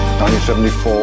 1974